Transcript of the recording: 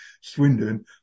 Swindon